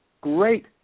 great